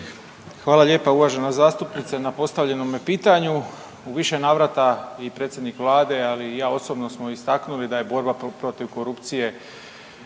Hvala lijepa uvažena zastupnice na postavljenom pitanju. U više navrata i predsjednik vlade, ali i ja osobno smo istaknuli da je borba protiv korupcije